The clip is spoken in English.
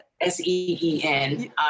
S-E-E-N